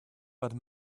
but